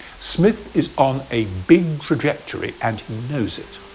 smith is on a big trajectory, and he knows it.